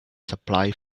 supply